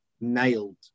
nailed